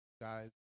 guys